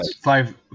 five